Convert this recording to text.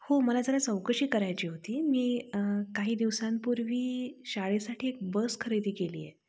हो मला जरा चौकशी करायची होती मी काही दिवसांपूर्वी शाळेसाठी एक बस खरेदी केली आहे